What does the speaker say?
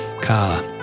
car